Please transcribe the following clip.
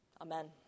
Amen